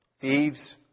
thieves